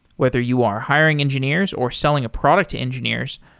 whether you are hiring engineers or selling a product to engineers,